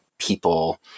people